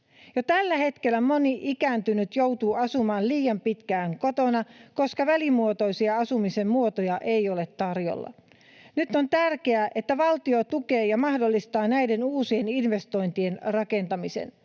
Jo tällä hetkellä moni ikääntynyt joutuu asumaan liian pitkään kotona, koska välimuotoisia asumisen muotoja ei ole tarjolla. Nyt on tärkeää, että valtio mahdollistaa näiden uusien investointien rakentamisen